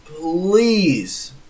please